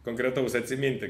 konkretaus atsiminti